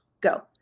Go